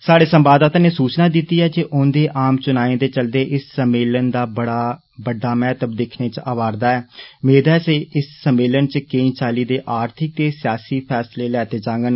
साढ़े संवाददाता नै सूचना दिती ऐ जे औन्दे आम चुनाएं दे चलदे इस सम्मेलन दा बड़ा बड़ा महत्व दिक्खने च आवा रदा ऐ मेद ऐ जे इस सम्मेलन च केई चाल्ली दे आर्थिक ते सियासी फैसले लैते जांगन